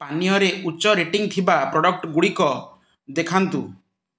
ପାନୀୟରେ ଉଚ୍ଚ ରେଟିଂ ଥିବା ପ୍ରଡ଼କ୍ଟ୍ଗୁଡ଼ିକ ଦେଖାନ୍ତୁ